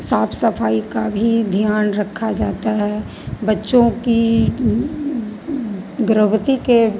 साफ सफाई का भी ध्यान रखा जाता है बच्चों की गर्भवती के